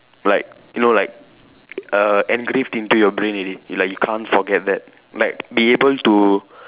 like you know like err engraved into your brain already like you can't forget that like be able to